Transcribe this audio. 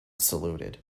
saluted